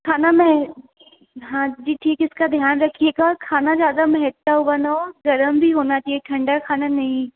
खाने में हाँ जी ठीक इसका ध्यान रखिएगा और खाना ज़्यादा महकता हुआ ना हो गर्म भी होना चाहिए ठंडा खाना नहीं